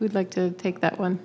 we'd like to take that one